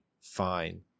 fine